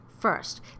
First